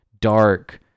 Dark